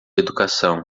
educação